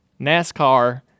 nascar